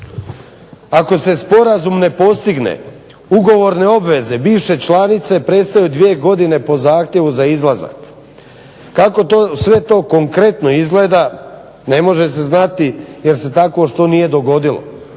Ako se sporazum ne postigne ugovorne obveze bivše članice prestaju 2 godine po zahtjevu za izlazak. Kako sve to konkretno izgleda ne može se znati jer se takvo što nije dogodilo,